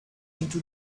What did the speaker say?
into